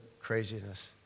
craziness